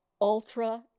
ultra